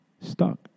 stuck